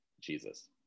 Jesus